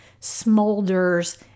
smolders